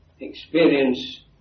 experience